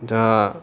दा